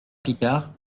picard